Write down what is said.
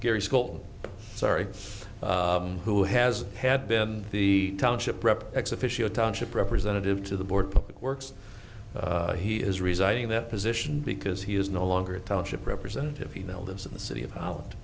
gary school sorry who has had been the township rep ex officio township representative to the board public works he is resigning that position because he is no longer a township representative he now lives in the city